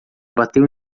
bateu